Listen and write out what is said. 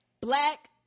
Black